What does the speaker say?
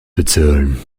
bezahlen